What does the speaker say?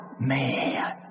Man